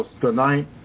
tonight